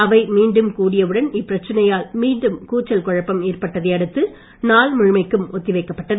அவை மீண்டும் கூடியவுடன் இப்பிரச்சனையால் மீண்டும் கூச்சல் குழப்பம் ஏற்பட்டதை அடுத்து நாள் முழுமைக்கும் ஒத்தி வைக்கப்பட்டது